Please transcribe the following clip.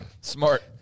smart